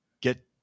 get